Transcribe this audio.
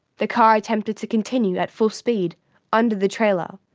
the car attempted to continue at full speed under the trailer,